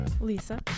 Lisa